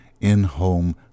in-home